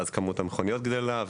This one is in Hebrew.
כמות המכוניות גדלה,